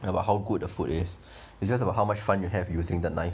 about how good the food is it's just about how much fun you have using the knife